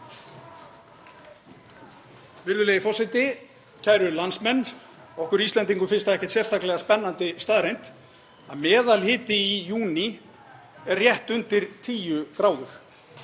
Virðulegur forseti. Kæru landsmenn. Okkur Íslendingum finnst það ekkert sérstaklega spennandi staðreynd að meðalhiti í júní er rétt undir 10 gráðum.